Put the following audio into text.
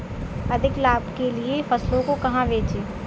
अधिक लाभ के लिए फसलों को कहाँ बेचें?